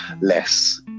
less